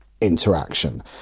interaction